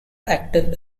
active